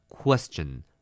Question